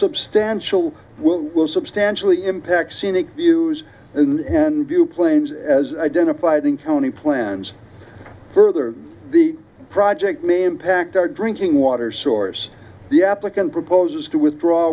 substantial will substantially impact scenic views and and view planes as identified in county plans further the project may impact our drinking water source the applicant proposes to withdraw